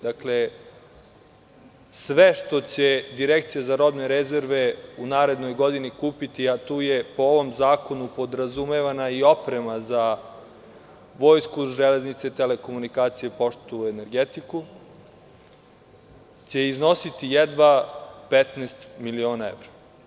Dakle, sve što će Direkcija za robne rezerve u narednoj godini kupiti, a tu je, po ovom zakonom, podrazumevana i oprema za vojsku, železnice, telekomunikacije, poštu, energetiku, će iznositi jedva 15 miliona evra.